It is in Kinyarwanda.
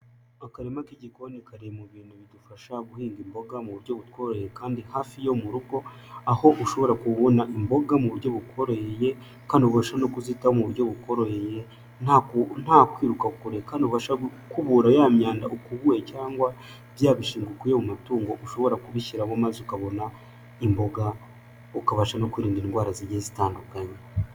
Akarima k'igikoni kari mu bintu bidufasha guhinga imboga mu buryo butworoheye kandi hafi yo mu rugo, aho ushobora kubona imboga mu buryo bukoroheye, kandi ubasha no kuzitaho mu buryo bukoroheye nta kwiruka kure, ubasha gukubura ya myanda ukubuye cyangwa bya bishingwe ukuye mu matungo ushobora kubishyiramo maze ukabona imboga ukabasha no kwirinda indwara zigiye zitandukanye.